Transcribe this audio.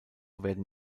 werden